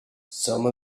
some